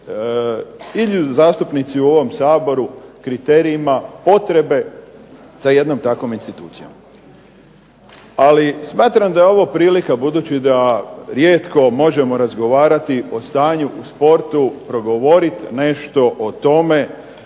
ili zastupnici u ovom Saboru kriterijima potrebe za jednom takvom institucijom. Ali smatram da je ovo prilika, budući da rijetko možemo razgovarati o stanju o sportu, progovoriti nešto o tome,